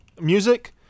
music